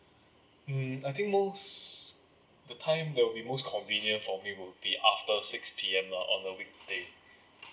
mm I think most the time that will be most convenient for me will be after six P_M lah on a weekday